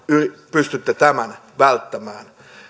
pystytte tämän välttämään